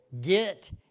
get